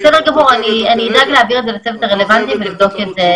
את לא חייבת לתת לנו תשובה כעת.